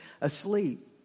asleep